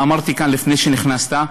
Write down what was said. ואמרתי כאן לפני שנכנסת,